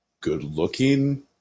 good-looking